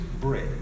bread